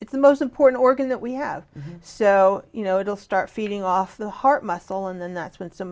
it's the most important organ that we have so you know it'll start feeding off the heart muscle and then that's when some